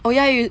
oh ya you